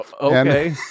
Okay